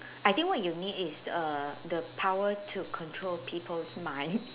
I think what you mean is err the power to control people's mind